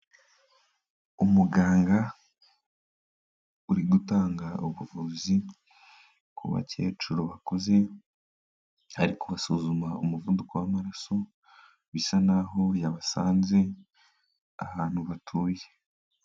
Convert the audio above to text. Umuganga uri gutanga ubuvuzi ku bakecuru bakuze, ari kubasuzuma umuvuduko w'amaraso, bisa naho yabasanze ahantu batuye.